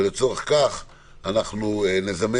ולצורך כך אנו נזמן